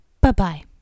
Bye-bye